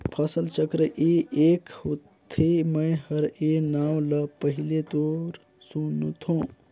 फसल चक्र ए क होथे? मै हर ए नांव ल पहिले तोर सुनथों